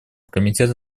комитета